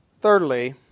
Thirdly